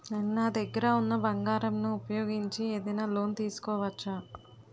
నేను నా దగ్గర ఉన్న బంగారం ను ఉపయోగించి ఏదైనా లోన్ తీసుకోవచ్చా?